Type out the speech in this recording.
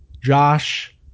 Josh